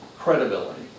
Credibility